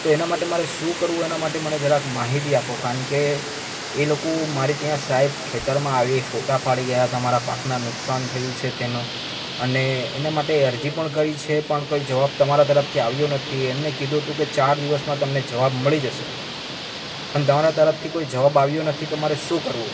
તો એના માટે મારે શું કરવું એના માટે મને જરાક માહિતી આપો કારણ કે એ લોકો મારે ત્યાં સહેબ ખેતરમાં આવી ફોટા પાડી ગયા હતા મારા પાકના નુકસાન થયું છે તેનું અને એના માટે અરજી પણ કરી છે પણ કંઈ જવાબ તમારા તરફથી આવ્યો નથી એમને કીધું હતું કે ચાર દિવસમાં તમને જવાબ મળી જશે પણ તમારા કોઈ જવાબ આવ્યો નથી તો મારે શું કરવું